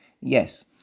Yes